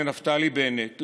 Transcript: לנפתלי בנט,